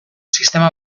sistema